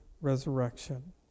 resurrection